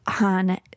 on